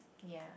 ya